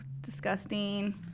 disgusting